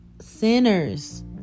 Sinners